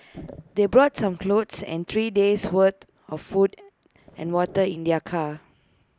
they brought some clothes and three days' worth of food and water in their car